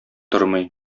тормый